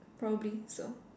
probably so